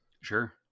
Sure